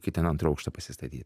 ketinu antrą aukštą pasistatyt